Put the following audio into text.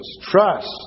trust